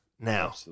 now